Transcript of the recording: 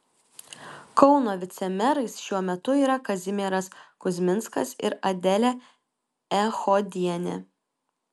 kauno vicemerais šiuo metu yra kazimieras kuzminskas ir adelė echodienė